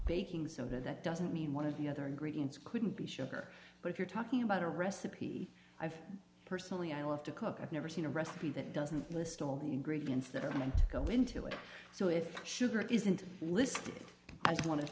baking so that doesn't mean one of the other ingredients couldn't be sugar but you're talking about a recipe i've personally i love to cook i've never seen a recipe that doesn't list all the ingredients that are meant to go into it so if sugar isn't listed as